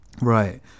right